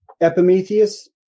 Epimetheus